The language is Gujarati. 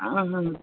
અહં